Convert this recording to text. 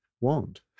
want